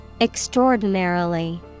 Extraordinarily